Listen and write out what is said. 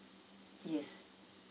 yes